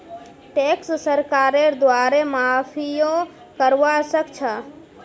tax सरकारेर द्वारे माफियो करवा सख छ